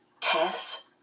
Tess